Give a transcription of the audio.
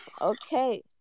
Okay